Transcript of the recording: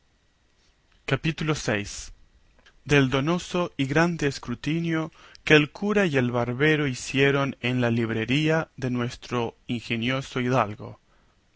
capítulo vi del donoso y grande escrutinio que el cura y el barbero hicieron en la librería de nuestro ingenioso hidalgo